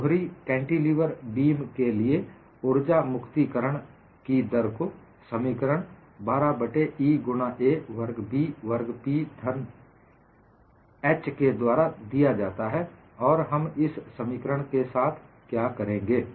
दोहरी cantilever beam के लिए ऊर्जा मुक्ति करण की दर को समीकरण 12 बट्टे E गुणा a वर्ग B वर्ग P वर्ग घन h के द्वारा दिया जाता है और हम इस समीकरण के साथ क्या करेंगे